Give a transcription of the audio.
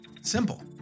Simple